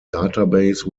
database